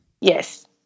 Yes